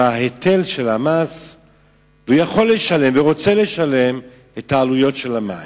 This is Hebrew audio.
בהיטל של המס ויכול לשלם ורוצה לשלם את העלויות של המים?